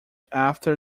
after